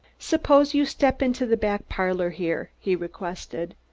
suppose you step into the back parlor here, he requested.